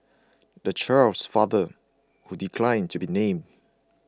the child's father who declined to be named